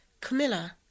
Camilla